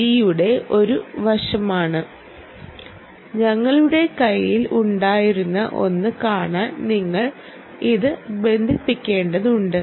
ജിയുടെ ഒരു വശമാണ് ഞങ്ങളുടെ കൈയിൽ ഉണ്ടായിരുന്ന ഒന്ന് കാണാൻ നിങ്ങൾ ഇത് ബന്ധിപ്പിക്കേണ്ടതുണ്ട്